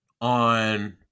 on